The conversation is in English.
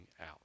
out